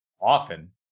often